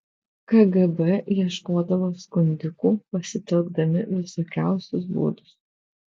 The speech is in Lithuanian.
kgb ieškodavo skundikų pasitelkdami visokiausius būdus